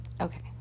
Okay